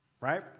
Right